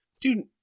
dude